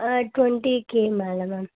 ஆ twenty K மேலே ma'am